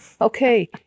Okay